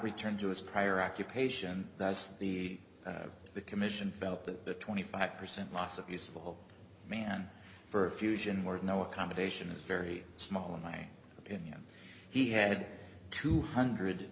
return to his prior occupation as the commission felt that the twenty five percent loss of useable man for fusion work no accommodation is very small in my opinion he had two hundred